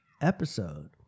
episode